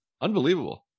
unbelievable